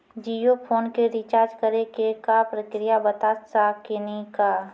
Jio phone के recharge करे के का प्रक्रिया बता साकिनी का?